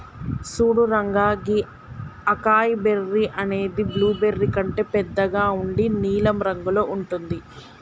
సూడు రంగా గీ acai berry అనేది బ్లూబెర్రీ కంటే బెద్దగా ఉండి నీలం రంగులో ఉంటుంది